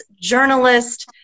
journalist